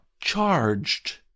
charged